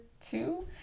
two